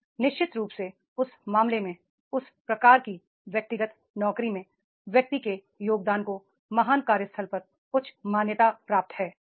तब निश्चित रूप से उस मामले में उस प्रकार की व्यक्तिगत नौकरी में व्यक्ति के योगदान को महान कार्यस्थल पर उच्च मान्यता प्राप्त है